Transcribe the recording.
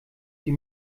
die